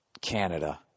Canada